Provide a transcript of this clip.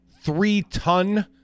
three-ton